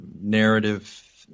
narrative